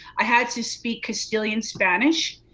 i had to speak castilian spanish.